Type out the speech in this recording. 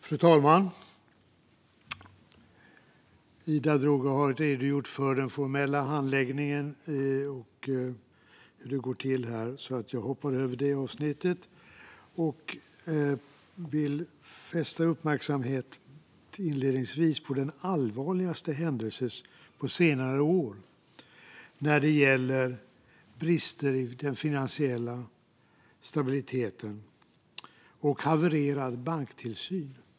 Fru talman! Ida Drougge har redogjort för den formella handläggningen och hur det går till här, så jag hoppar över det avsnittet. Jag vill inledningsvis fästa uppmärksamhet på den allvarligaste händelsen på senare år när det gäller brister i den finansiella stabiliteten och en havererad banktillsyn.